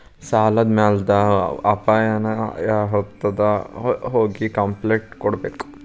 ಸಾಲದ್ ಮ್ಯಾಲಾದ್ ಅಪಾಯಾನ ಯಾರ್ಹತ್ರ ಹೋಗಿ ಕ್ಂಪ್ಲೇನ್ಟ್ ಕೊಡ್ಬೇಕು?